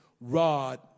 rod